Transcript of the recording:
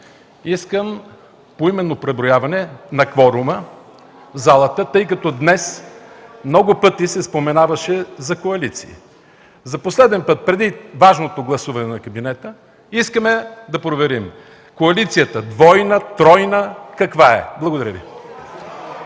искам поименно преброяване на кворума в залата, тъй като днес много пъти се споменаваше за коалиции. За последен път, преди важното гласуване на кабинета, искаме да проверим коалицията двойна, тройна, каква е? Благодаря Ви.